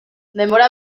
denbora